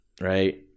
right